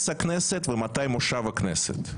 כנס הכנסת ומתי מושב הכנסת.